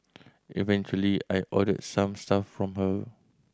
eventually I ordered some stuff from her